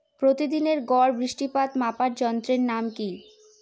প্রতিদিনের গড় বৃষ্টিপাত মাপার যন্ত্রের নাম কি?